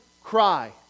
Cry